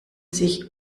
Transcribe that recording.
sich